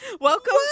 Welcome